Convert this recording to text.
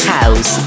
House